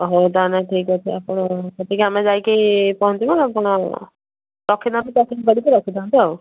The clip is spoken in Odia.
ହଉ ତାହାଲେ ଠିକ୍ଅଛି ଆପଣ ସେଠିକି ଆମେ ଯାଇକି ପହଁଞ୍ଚିବୁ ଆପଣ ରଖିଥାନ୍ତୁ ପ୍ୟାକିଙ୍ଗ୍ କରିକି ରଖିଥାନ୍ତୁ ଆଉ